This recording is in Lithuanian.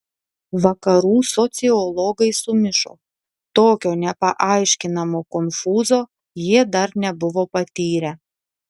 vakarų sociologai sumišo tokio nepaaiškinamo konfūzo jie dar nebuvo patyrę